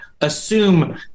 assume